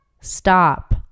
stop